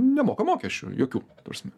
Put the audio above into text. nemoka mokesčių jokių ta prasme